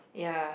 ya